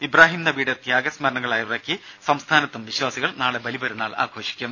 Ibrahim നബിയുടെ ത്യാഗസ്മരണകൾ അയവിറക്കി സംസ്ഥാനത്തും വിശ്വാസികൾ നാളെ ബലിപെരുന്നാൾ ആഘോഷിക്കും